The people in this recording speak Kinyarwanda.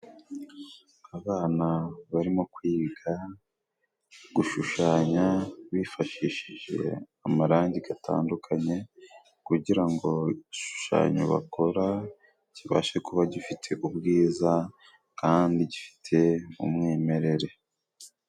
Abana barimo kwiga gushushanya bifashishije amarangi gatandukanye, kugira igishushanyo, bakora kibashe kuba gifite ubwiza kandi gifite umwimerere.